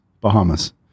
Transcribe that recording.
bahamas